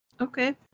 Okay